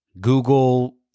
Google